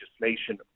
legislation